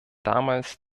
damals